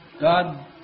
God